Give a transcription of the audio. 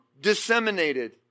disseminated